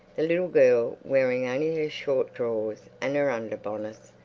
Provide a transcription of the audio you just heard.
the little girl, wearing only her short drawers and her under-bodice,